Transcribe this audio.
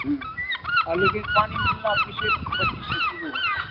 और लेकिन पानी मिलना बीस पच्चीस से शुरू है